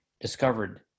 discovered